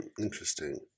interesting